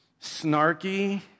snarky